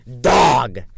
Dog